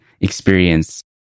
experience